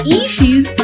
issues